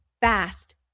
fast